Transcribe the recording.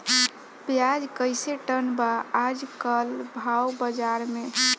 प्याज कइसे टन बा आज कल भाव बाज़ार मे?